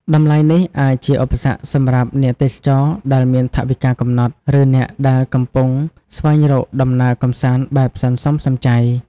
តម្លៃនេះអាចជាឧបសគ្គសម្រាប់អ្នកទេសចរដែលមានថវិកាកំណត់ ឬអ្នកដែលកំពុងស្វែងរកដំណើរកម្សាន្តបែបសន្សំសំចៃ។